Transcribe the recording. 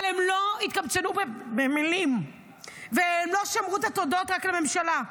אבל הם לא התקמצנו במילים והם לא שמרו את התודות רק לממשלה.